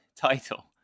title